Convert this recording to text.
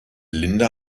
linda